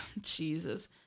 Jesus